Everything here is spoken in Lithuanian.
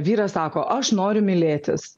vyras sako aš noriu mylėtis